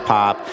Pop